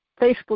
Facebook